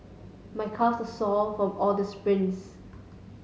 my calves are sore from all the sprints